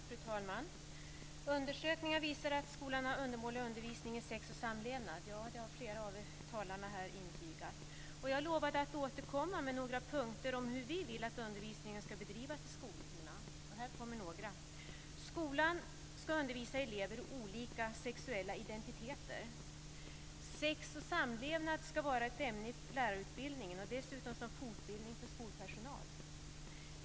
Fru talman! Undersökningar visar att skolan har undermålig undervisning i sex och samlevnad. Det har flera av talarna här intygat. Jag lovade att återkomma med några punkter om hur vi vill att undervisningen ska bedrivas i skolorna. Här kommer några. Skolan ska undervisa elever i olika sexuella identiteter. Sex och samlevnad ska vara ett ämne i lärarutbildningen, och dessutom finnas som fortbildning för skolpersonal.